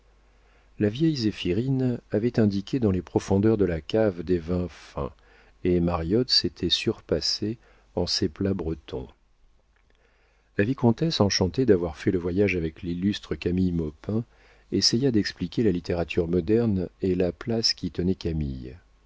la vieille zéphirine avait indiqué dans les profondeurs de la cave des vins fins et mariotte s'était surpassée en ses plats bretons la vicomtesse enchantée d'avoir fait le voyage avec l'illustre camille maupin essaya d'expliquer la littérature moderne et la place qu'y tenait camille